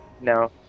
No